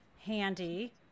handy